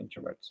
introverts